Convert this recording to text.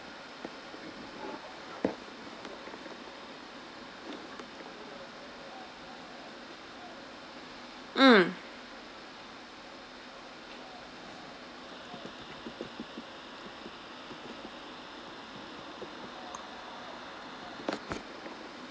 mm